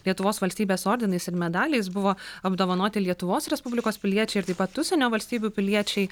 lietuvos valstybės ordinais ir medaliais buvo apdovanoti lietuvos respublikos piliečiai ir taip pat užsienio valstybių piliečiai